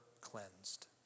cleansed